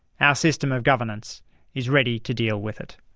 ah system of governance is ready to deal with it.